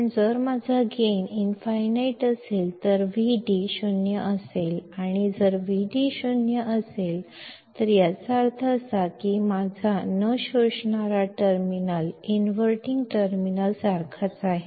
पण जर माझा गेन लाभ इनफाईनाईट अनंत असेल तर व्हीडी 0 असेल आणि जर Vd 0 असेल तर याचा अर्थ असा की माझा न शोधणारा टर्मिनल इन्व्हर्टिंग टर्मिनल सारखाच आहे